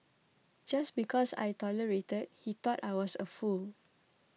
just because I tolerated he thought I was a fool